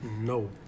No